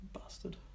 Bastard